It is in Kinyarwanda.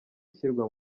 ishyirwa